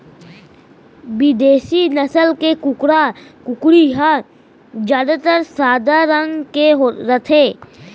बिदेसी नसल के कुकरा, कुकरी ह जादातर सादा रंग के रथे